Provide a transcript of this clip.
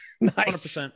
nice